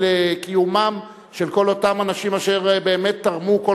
של קיומם של כל אותם אנשים אשר באמת תרמו כל